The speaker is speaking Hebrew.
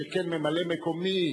שכן ממלא-מקומי,